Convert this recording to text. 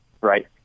right